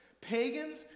pagans